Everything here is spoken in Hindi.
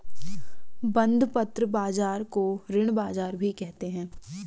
बंधपत्र बाज़ार को ऋण बाज़ार भी कहते हैं